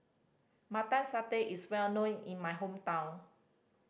Mutton Satay is well known in my hometown